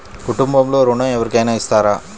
కుటుంబంలో ఋణం ఎవరికైనా ఇస్తారా?